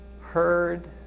heard